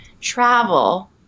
travel